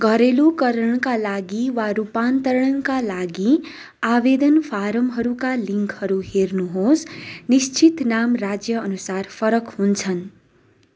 घरेलुकरणका लागि वा रूपान्तरणका लागि आवेदन फारमहरूका लिङ्कहरू हेर्नुहोस् निश्चित नाम राज्य अनुसार फरक हुन्छन्